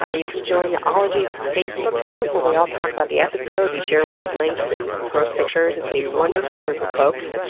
ah you can join the ologies facebook group where we all talk about the episode, we share weird links and gross pictures. it's a wonderful group of folks.